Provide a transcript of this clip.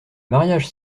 mariage